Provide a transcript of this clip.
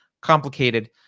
complicated